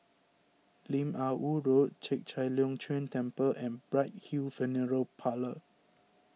Lim Ah Woo Road Chek Chai Long Chuen Temple and Bright Hill Funeral Parlour